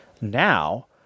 Now